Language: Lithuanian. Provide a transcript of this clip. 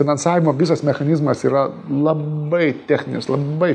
finansavimo visas mechanizmas yra labai techninis labai